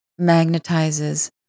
magnetizes